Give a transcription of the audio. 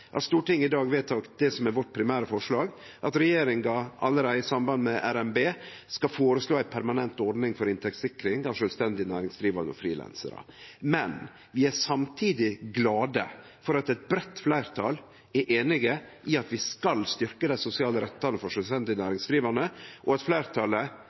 at Stortinget i dag vedtok det som er vårt primære forslag: at regjeringa allereie i samband med revidert nasjonalbudsjett 2022 skal foreslå ei permanent ordning for inntektssikring av sjølvstendig næringsdrivande og frilansarar. Men vi er samtidig glade for at eit breitt fleirtal er einige med Venstre i at vi skal styrkje dei sosiale rettane for sjølvstendig næringsdrivande, og